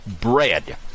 bread